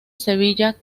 sevilla